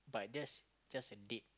but that's just a date